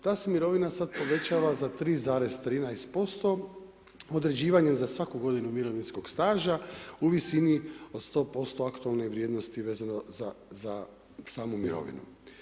Ta se mirovina sad povećava za 3,13% određivanjem za svaku godinu mirovinskog staža u visini od 100% aktualne vrijednosti vezano za samu mirovinu.